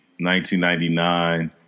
1999